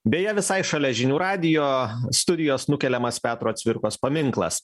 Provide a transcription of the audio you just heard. beje visai šalia žinių radijo studijos nukeliamas petro cvirkos paminklas